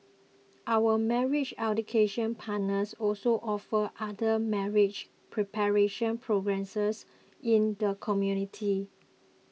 our marriage education partners also offer other marriage preparation programme says in the community